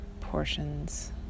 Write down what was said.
portions